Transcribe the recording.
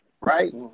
right